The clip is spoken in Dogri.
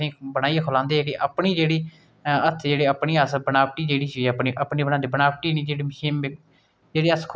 ओह् छुप्पी गेइयां ओह् केंह् छुप्पियां की जरानीं बेचारी इन्नी गरीब थी हियां ते इंया इत्थें गुरबत पेदी की इत्थें